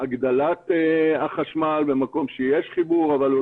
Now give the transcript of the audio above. הגדלת החשמל במקום שיש חיבור אבל הוא